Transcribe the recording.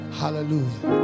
hallelujah